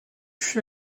fut